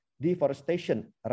deforestation